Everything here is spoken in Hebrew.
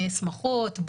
שמחות,